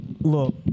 Look